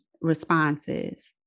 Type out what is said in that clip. responses